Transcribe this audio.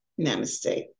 namaste